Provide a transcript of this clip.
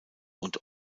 und